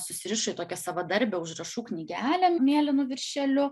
susirišo į tokią savadarbę užrašų knygelę mėlynu viršeliu